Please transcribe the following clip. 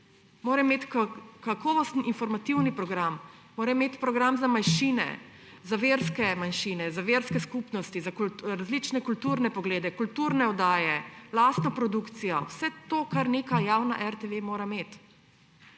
mora imeti kakovosten informativni program, mora imeti program za manjšine, za verske manjšine, za verske skupnosti, za različne kulturne poglede, kulturne oddaje, lastno produkcijo, vse to, kar neka javna RTV mora imeti.